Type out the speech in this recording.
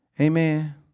Amen